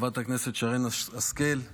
חברת הכנסת שרן השכל,